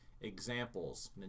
examples